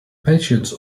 patients